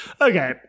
Okay